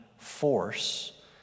force